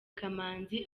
kamanzi